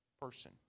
person